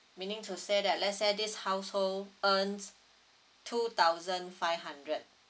meaning to say that let's say this household earned two thousand five hundred